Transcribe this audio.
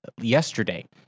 yesterday